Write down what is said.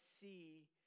see